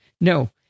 No